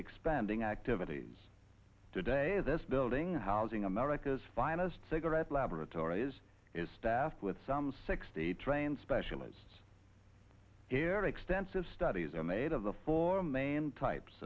expanding activities today this building housing america's finest cigarette laboratories is staffed with some sixty trained specialists here extensive studies are made of the four main types